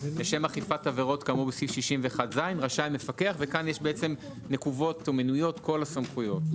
בשם אכיפת עבירות כאמור בסעיף 61ז רשאי מפקח ופה מנויות כל הסמכויות.